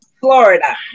Florida